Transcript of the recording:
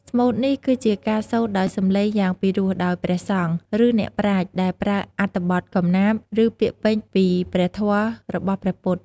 ស្មូតនេះគឺជាការសូត្រដោយសំឡេងយ៉ាងពីរោះដោយព្រះសង្ឃ ឬអ្នកប្រាជ្ញ ដែលប្រើអត្ថបទកំណាព្យ ឬពាក្យពេចន៍ពីព្រះធម៌របស់ព្រះពុទ្ធ។